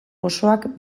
osoak